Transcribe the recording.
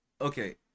okay